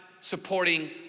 supporting